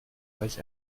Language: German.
gleich